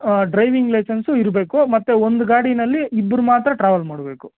driving licence ಇರಬೇಕು ಮತ್ತು ಒಂದು ಗಾಡಿಯಲ್ಲಿ ಇಬ್ಬರು ಮಾತ್ರ ಟ್ರಾವೆಲ್ ಮಾಡಬೇಕು